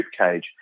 ribcage